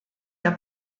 der